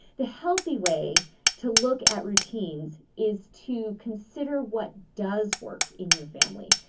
the healthy way to look at routines is to consider what does work in your family.